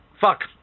fuck